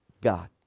God